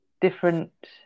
different